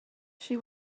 she